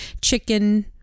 chicken